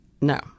No